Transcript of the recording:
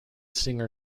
singer